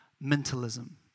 mentalism